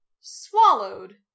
swallowed